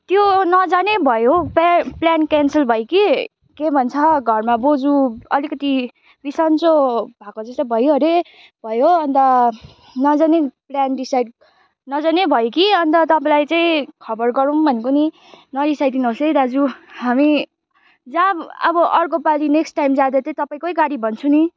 त्यो नजाने भयो हौ प्या प्लान क्यान्सल भयो कि के भन्छ घरमा बोजू अलिकति बिसन्चो भएको जस्तै भयो हरे भयो हो अन्त नजाने प्लान डिसाइड नजाने भयो कि अन्त तपाईँलाई चाहिँ खबर गरौँ भनेको नि नरिसाई दिनुहोस् है दाजु हामी जा अब अर्कोपालि नेक्स्ट टाइम जाँदा चाहिँ तपाईँकै गाडी भन्छु नि